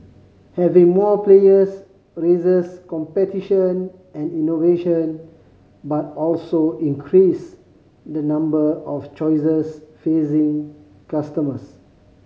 having more players raises competition and innovation but also increase the number of choices facing customers